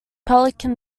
pelican